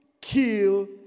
kill